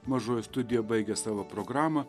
mažoji studija baigia savo programą